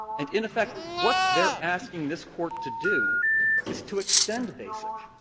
and in effect what they're asking this court to do is to extend basic.